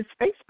Facebook